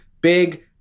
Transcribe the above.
big